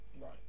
Right